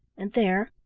and there,